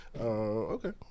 Okay